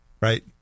right